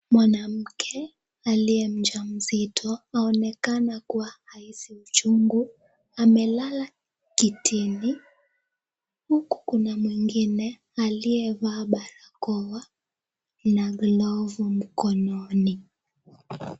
Mwanamke aliye mjamzito anaonekana kuwa anahisi uchungu amelala kitini huku kuna mwengine aliyevaa barakoa na glovu mkononi.